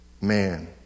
man